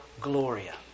Gloria